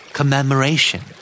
Commemoration